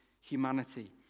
humanity